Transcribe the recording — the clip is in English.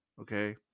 okay